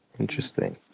interesting